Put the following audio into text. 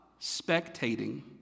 spectating